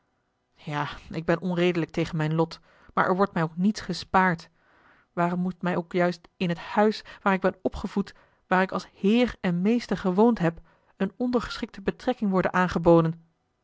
ja ik ben onredelijk tegen mijn lot maar er wordt mij ook niets gespaard waarom moet mij ook juist in het huis waar ik ben opgevoed waar ik als heer en meester gewoond heb eene ondergeschikte betrekking worden aangeboden